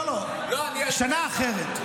אני אסביר לך.